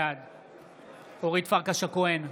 בעד אורית פרקש הכהן,